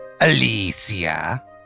Alicia